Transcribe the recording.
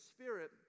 Spirit